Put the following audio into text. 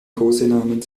kosenamen